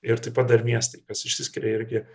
ir taip pat dar miestai kas išsiskiria irgi